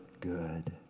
good